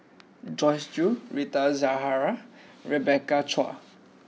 Joyce Jue Rita Zahara and Rebecca Chua